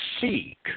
seek